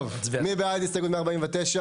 טוב, מי בעד הסתייגות 149?